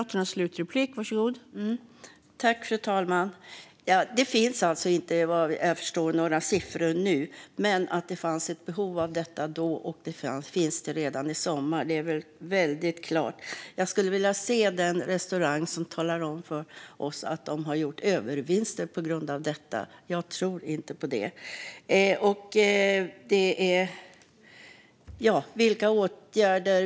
Fru talman! Vad jag förstår finns det i dagsläget inga siffror. Men att det fanns ett behov av detta då och att det finns ett behov även i sommar står helt klart. Jag skulle vilja se den restaurang som säger att man har gjort övervinst på grund av detta. Jag tror inte att den finns.